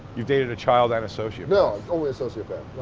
you've dated a child and a sociopath. no, only a sociopath,